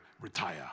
retire